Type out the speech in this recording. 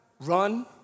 run